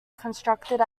constructed